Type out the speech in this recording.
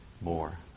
more